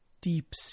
deep